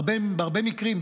בהרבה מקרים,